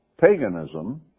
paganism